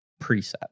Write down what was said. preset